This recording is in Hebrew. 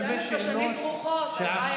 12 שנים ברוכות, הלוואי היום.